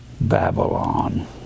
Babylon